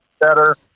better